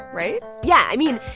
right? yeah i mean,